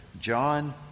John